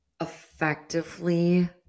effectively